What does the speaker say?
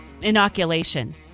inoculation